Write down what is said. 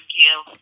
give